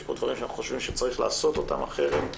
יש פה דברים שאנחנו חושבים שצריך לעשות אותם אחרת.